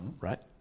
right